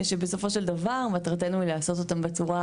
שבסופו של דבר מטרתנו היא לעשות אותם בצורה